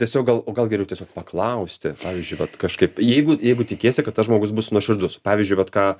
tiesiog gal o gal geriau tiesiog paklausti pavyzdžiui vat kažkaip jeigu jeigu tikiesi kad tas žmogus bus nuoširdus pavyzdžiui j ką